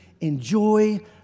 enjoy